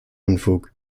unfug